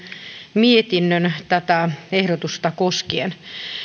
mietinnön tätä ehdotusta koskien